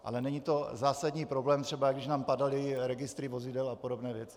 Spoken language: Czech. Ale není to zásadní problém, třeba jako když nám padaly registry vozidel a podobné věci.